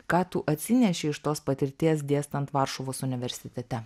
ką tu atsinešei iš tos patirties dėstant varšuvos universitete